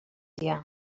dia